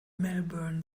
melbourne